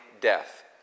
death